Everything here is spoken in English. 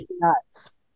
nuts